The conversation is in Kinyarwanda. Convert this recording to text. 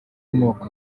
amoko